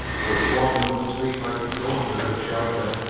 though it's warm enough to sleep out of doors without shelter.